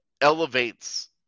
elevates